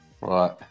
Right